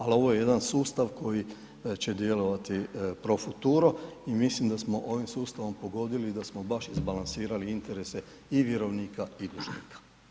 Ali ovo je jedan sustav koji će djelovati pro futuro i mislim da smo ovim sustavom pogodili i da smo baš izbalansirali interese i vjerovnika i dužnika.